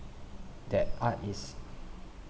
that art is